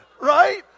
Right